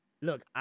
Look